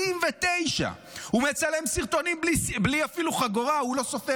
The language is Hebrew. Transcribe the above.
79. הוא מצלם סרטונים בלי חגורה אפילו,